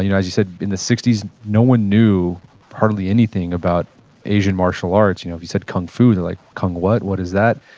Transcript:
you know as you said, in the sixty s, no one knew hardly anything about asian martial arts. you know if you said kung and like kung what? what is that?